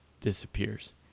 disappears